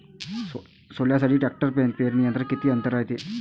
सोल्यासाठी ट्रॅक्टर पेरणी यंत्रात किती अंतर रायते?